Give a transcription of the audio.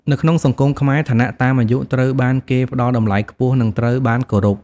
នៅក្នុងសង្គមខ្មែរ ឋានៈតាមអាយុត្រូវបានគេផ្ដល់តម្លៃខ្ពស់ និងត្រូវបានគោរពរ។